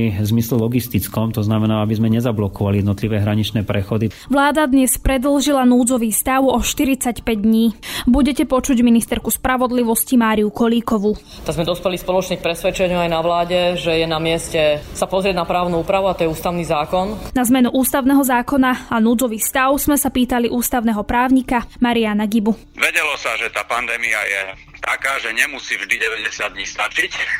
v zmysle logistickom, to znamená, aby sme nezablokovali jednotlivé hraničné prechody. Vláda dnes predĺžila núdzový stav o 45 dní. Budete počuť ministerku spravodlivosti Máriu Kolíkovú. Tak sme dospeli spoločne k presvedčeniu aj na vláde, že je na mieste sa pozrieť na právnu úpravu a to je ústavný zákon. Na zmenu ústavného zákona a núdzový stav sme sa pýtali ústavného právnika Mariana Gibu. Vedelo sa, že tá pandémia je taká, že nemusí vždy 90 dní stačiť.